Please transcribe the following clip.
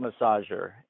massager